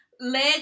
leg